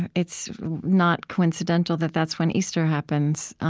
it's not coincidental that that's when easter happens.